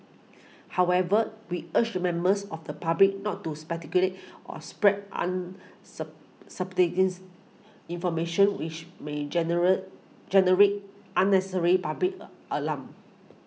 however we urge members of the public not to speculate or spread an information which may general generate unnecessary public alarm